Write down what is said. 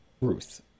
Ruth